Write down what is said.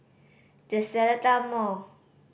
The Seletar Mall